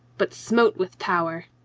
but smote with power.